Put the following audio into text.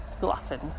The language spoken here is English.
glutton